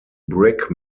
brick